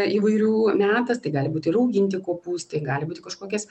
įvairių metas tai gali būti rauginti kopūstai gali būti kažkokias